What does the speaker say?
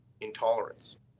intolerance